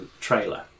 trailer